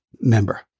member